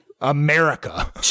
America